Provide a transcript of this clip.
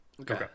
okay